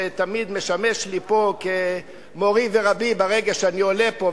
שתמיד משמש לי פה כמורי ורבי ברגע שאני עולה פה,